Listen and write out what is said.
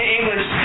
English